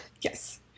Yes